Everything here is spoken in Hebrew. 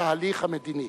לתהליך המדיני.